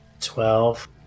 Twelve